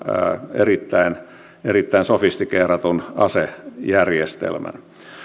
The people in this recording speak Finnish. erittäin erittäin sofistikeeratun asejärjestelmän